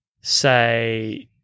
say